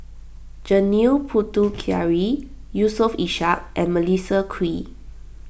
Janil Puthucheary Yusof Ishak and Melissa Kwee